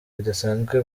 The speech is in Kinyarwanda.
bidasanzwe